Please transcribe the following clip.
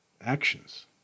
actions